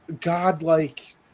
godlike